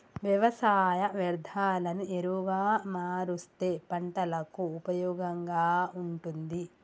వ్యవసాయ వ్యర్ధాలను ఎరువుగా మారుస్తే పంటలకు ఉపయోగంగా ఉంటుంది